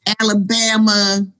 Alabama